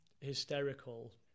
hysterical